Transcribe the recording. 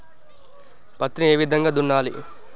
పత్తిని ఏ విధంగా దున్నాలి?